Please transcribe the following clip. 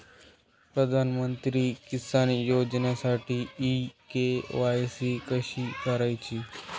प्रधानमंत्री किसान योजनेसाठी e KYC कशी करायची?